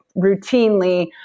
routinely